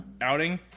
outing